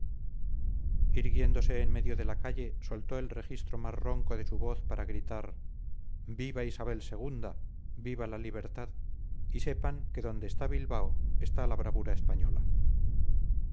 en medio de la calle soltó el registro más ronco de su voz para gritar viva isabel ii viva la libertad y sepan que donde está bilbao está la bravura española